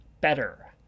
better